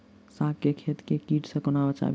साग केँ खेत केँ कीट सऽ कोना बचाबी?